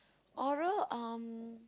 Oral um